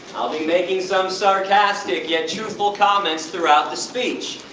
i'll be making some sarcastic, yet truthful comments throughout the speech.